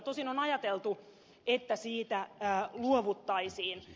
tosin on ajateltu että siitä luovuttaisiin